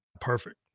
perfect